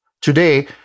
Today